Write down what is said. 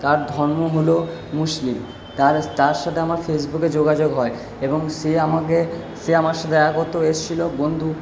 তার ধর্ম হল মুসলিম তার সাথে আমার ফেসবুকে যোগাযোগ হয় এবং সে আমাকে সে আমার সাথে দেখা করতেও এসেছিলো বন্ধু